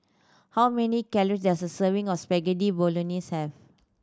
how many calory does a serving of Spaghetti Bolognese have